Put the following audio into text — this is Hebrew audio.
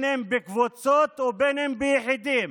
אם בקבוצות ואם ביחידים,